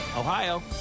Ohio